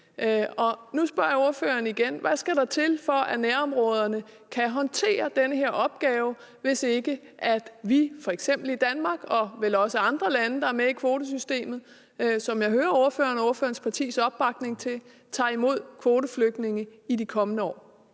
Og nu spørger jeg ordføreren igen: Hvad skal der til, for at nærområderne kan håndtere den her opgave, hvis ikke vi – f.eks. Danmark og vel også andre lande, der er med i kvotesystemet, som jeg hører ordførerens og ordførerens partis opbakning til – tager imod kvoteflygtninge i de kommende år?